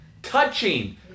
touching